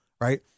right